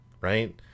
right